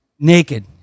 Naked